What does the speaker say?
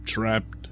Trapped